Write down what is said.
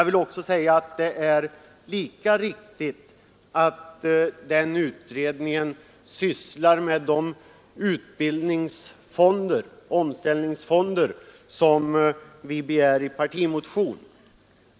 Men det är lika riktigt att utredningen sysslar med utbildningsfonder och omställningsfonder, som vi begärt i en partimotion.